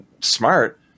smart